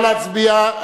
נא להצביע,